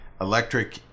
electric